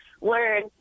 learn